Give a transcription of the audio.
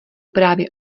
právě